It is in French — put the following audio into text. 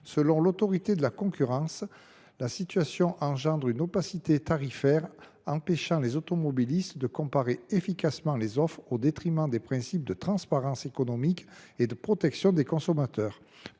Selon l’Autorité de la concurrence, une telle opacité tarifaire empêche les automobilistes de comparer efficacement les offres, au mépris des principes de transparence économique et de protection des consommateurs.